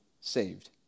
saved